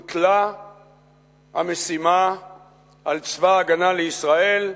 הוטלה המשימה על צבא-הגנה לישראל.